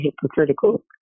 hypocritical